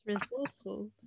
resourceful